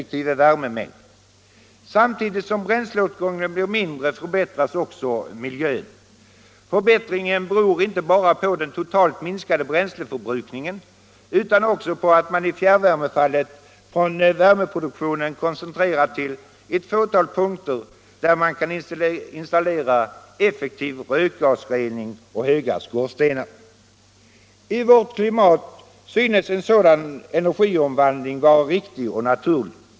värmemängd. Samtidigt som bränsleåtgången blir mindre förbättras också miljön. Förbättringen beror inte bara på den totalt minskade bränsleförbrukningen, utan också på att man i fjärrvärmefallet får värmeproduktionen koncentrerad till ett fåtal punkter där man kan installera effektiv rökgasrening och höga skorstenar. I vårt klimat synes en sådan energiförvandling vara riktig och naturlig.